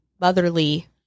motherly